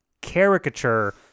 caricature